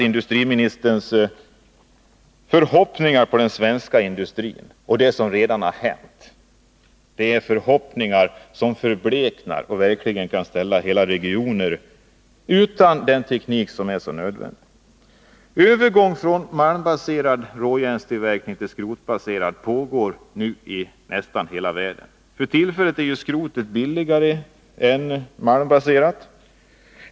Industriministerns förhoppningar på den svenska industrin och hans syn på det som redan har hänt är förhoppningar som förbleknar och kan ställa hela regioner utan den teknik som är så nödvändig. Övergång från malmbaserad till skrotbaserad råjärnstillverkning pågår i nästan hela världen. För tillfället är den skrotbaserade tillverkningen billigare än den malmbaserade.